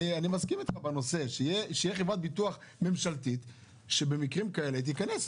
אני מסכים איתך בנושא שתהיה חברת ביטוח ממשלתית שבמקרים כאלה היא תיכנס.